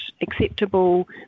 acceptable